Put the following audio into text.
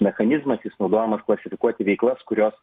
mechanizmas jis naudojamas klasifikuoti veiklas kurios